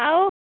ଆଉ